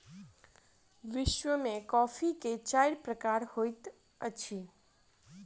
विश्व में कॉफ़ी के चारि प्रकार होइत अछि